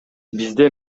бизде